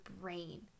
brain